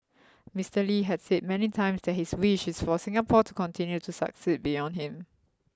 Mister Lee had said many times that his wish is for Singapore to continue to succeed beyond him